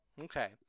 Okay